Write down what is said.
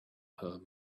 her